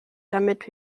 damit